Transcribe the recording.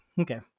okay